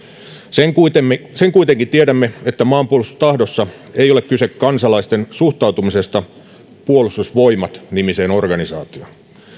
sen kuitenkin sen kuitenkin tiedämme että maanpuolustustahdossa ei ole kyse kansalaisten suhtautumisesta puolustusvoimat nimiseen organisaatioon